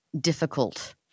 difficult